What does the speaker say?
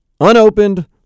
unopened